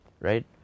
right